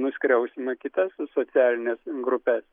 nuskriausime kitas socialines grupes